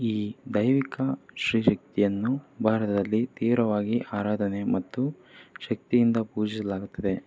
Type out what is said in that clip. ಈ ದೈವಿಕ ಸ್ತ್ರೀ ಶಕ್ತಿಯನ್ನು ಭಾರತದಲ್ಲಿ ತೀವ್ರವಾಗಿ ಆರಾಧನೆ ಮತ್ತು ಶಕ್ತಿಯಿಂದ ಪೂಜಿಸಲಾಗುತ್ತದೆ